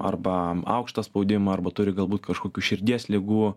arba aukštą spaudimą arba turi galbūt kažkokių širdies ligų